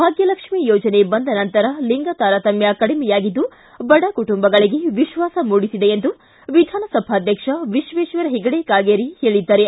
ಭಾಗ್ಲಲ್ಕಿ ಯೋಜನೆ ಬಂದ ನಂತರ ಲಿಂಗತಾರತಮ್ಮ ಕಡಿಮೆಯಾಗಿದ್ದು ಬಡಕುಟುಂಬಗಳಿಗೆ ವಿಶ್ವಾಸ ಮೂಡಿಸಿದೆ ಎಂದು ವಿಧಾನಸಭಾಧ್ವಕ್ಷ ವಿಕ್ವೇಶ್ವರ ಹೆಗಡೆ ಕಾಗೇರಿ ಹೇಳಿದ್ದಾರೆ